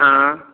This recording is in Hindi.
हाँ